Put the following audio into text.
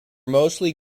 mostly